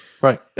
Right